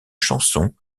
chanson